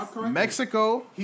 Mexico